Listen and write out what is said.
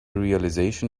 realization